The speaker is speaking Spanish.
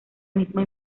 misma